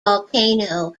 volcano